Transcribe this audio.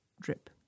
drip